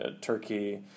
Turkey